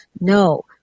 No